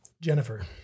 Jennifer